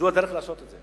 זו הדרך לעשות את זה.